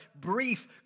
brief